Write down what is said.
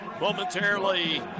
momentarily